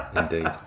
indeed